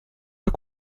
pas